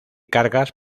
cargas